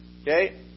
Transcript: Okay